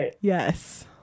yes